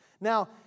Now